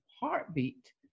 heartbeat